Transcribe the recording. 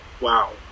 Wow